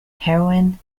heroine